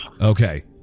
Okay